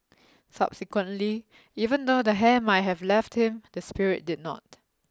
subsequently even though the hair might have left him the spirit did not